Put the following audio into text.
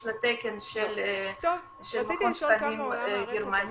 יש לה תקן של מכון התקנים הגרמני,